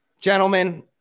gentlemen